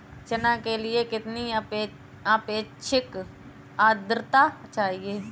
चना के लिए कितनी आपेक्षिक आद्रता चाहिए?